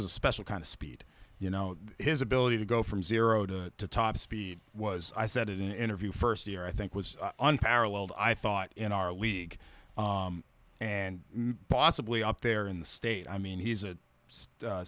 was a special kind of speed you know his ability to go from zero to top speed was i said in an interview first year i think was unparalleled i thought in our league and possibly up there in the state i mean he's a